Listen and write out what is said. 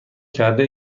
کرده